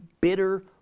bitter